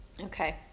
Okay